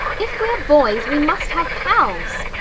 if we're boys, we must have pals!